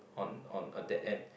on on a dead end